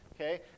Okay